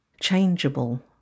changeable